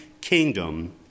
kingdom